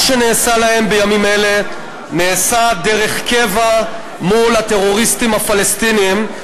מה שנעשה להם בימים אלה נעשה דרך קבע מול הטרוריסטים הפלסטינים.